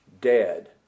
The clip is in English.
dead